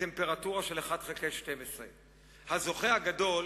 בטמפרטורה של 1 חלקי 12. הזוכה הגדולה,